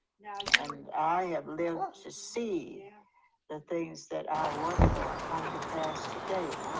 and i have lived to see the things that i work for come to pass today,